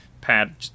pad